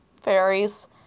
fairies